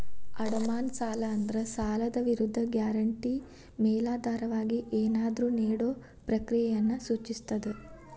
ಅಡಮಾನ ಸಾಲ ಅಂದ್ರ ಸಾಲದ್ ವಿರುದ್ಧ ಗ್ಯಾರಂಟಿ ಮೇಲಾಧಾರವಾಗಿ ಏನಾದ್ರೂ ನೇಡೊ ಪ್ರಕ್ರಿಯೆಯನ್ನ ಸೂಚಿಸ್ತದ